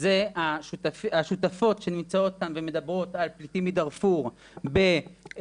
אלה השותפות שנמצאות כאן ומדברות על פליטים מדארפור --- אוקיי,